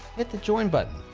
hit the join button,